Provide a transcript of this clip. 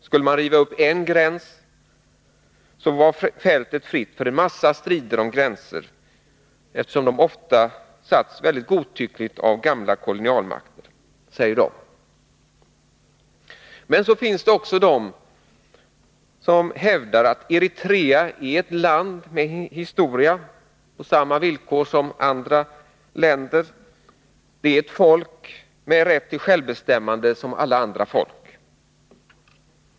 Skulle man riva upp en gränsi Afrika, så vore fältet fritt för en massa strider om gränser, eftersom de ofta satts godtyckligt av gamla kolonialmakter, säger de som har denna mening. Men så finns det också de som hävdar att Eritrea är ett land med historia, på samma villkor som andra länder — det är ett folk med rätt till självbestämmande som alla andra folk.